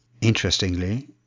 Interestingly